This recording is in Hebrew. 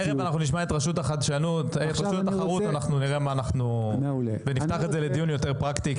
תיכף אנחנו נשמע את רשות התחרות ונפתח את זה לדיון יותר פרקטי,